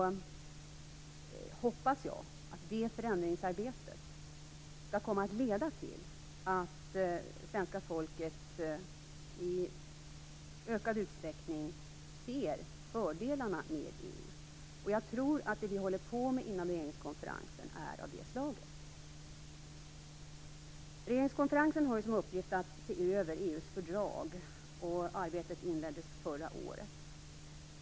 Jag hoppas att det förändringsarbetet kommer att leda till att svenska folket i ökad utsträckning ser fördelarna med EU. Jag tror att det vi håller på med inom regeringskonferensen är av det slaget. Regeringskonferensen har som uppgift att se över EU:s fördrag. Arbetet inleddes förra året.